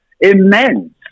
immense